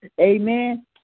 amen